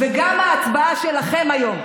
גם ההצבעה שלכם היום,